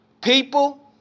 people